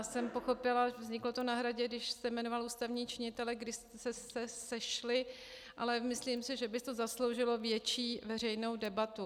Jak jsem pochopila, vzniklo to na Hradě, když jste jmenoval ústavní činitele, když jste se sešli, ale myslím, že by to zasloužilo větší veřejnou debatu.